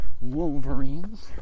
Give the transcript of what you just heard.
Wolverines